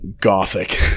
gothic